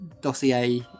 dossier